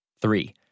Three